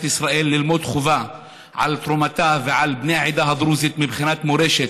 ישראל לימוד חובה על התרומה ועל בני העדה הדרוזית מבחינת מורשת,